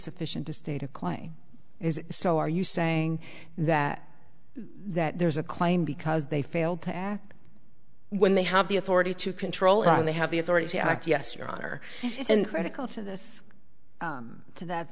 sufficient to state a clay is so are you saying that that there's a claim because they failed to act when they have the authority to control it and they have the authority to act yes your honor and critical to this to that